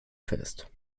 fest